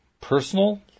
personal